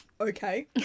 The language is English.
Okay